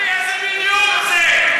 איזה מין נאום זה?